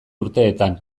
urteetan